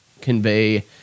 convey